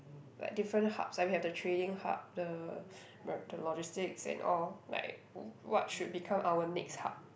like different hubs like we have the trading hub the the logistics and all like w~ what should become our next hub